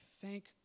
thank